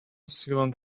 sealant